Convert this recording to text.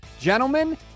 Gentlemen